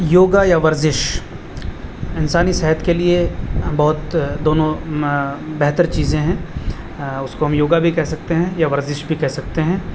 یوگا یا ورزش انسانی صحت کے لیے بہت دونوں بہتر چیزیں ہیں اس کو ہم یوگا بھی کہہ سکتے ہیں یا ورزش بھی کہہ سکتے ہیں